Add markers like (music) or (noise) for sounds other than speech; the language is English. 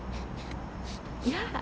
(laughs)